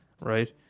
right